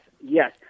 yes